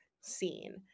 scene